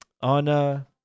on